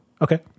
Okay